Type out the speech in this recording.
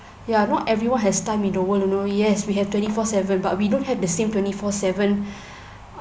ya not everyone has time in the world you know yes we have twenty four seven but we don't have the same twenty four seven